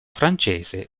francese